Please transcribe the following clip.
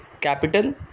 Capital